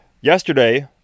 Yesterday